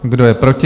Kdo je proti?